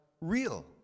real